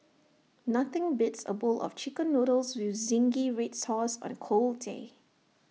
nothing beats A bowl of Chicken Noodles with Zingy Red Sauce on A cold day